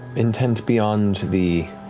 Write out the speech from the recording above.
intent beyond the